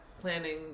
planning